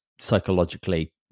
psychologically